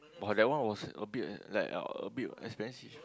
but that one was a bit like a bit of expensive